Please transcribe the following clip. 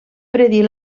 predir